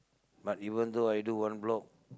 but even though I do one block